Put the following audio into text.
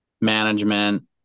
management